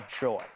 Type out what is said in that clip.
joy